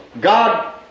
God